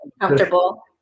comfortable